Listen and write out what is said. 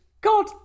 God